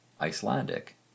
Icelandic